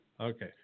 Okay